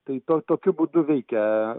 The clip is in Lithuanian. tai to tokiu būdu veikia